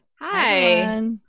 Hi